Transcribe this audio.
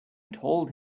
told